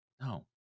No